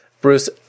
Bruce